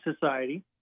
society